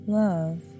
love